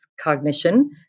cognition